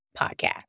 podcast